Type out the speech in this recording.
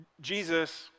Jesus